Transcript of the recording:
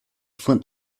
flint